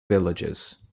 villages